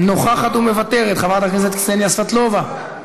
נוכחת ומוותרת, חברת הכנסת קסניה סבטלובה,